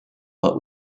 but